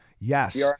Yes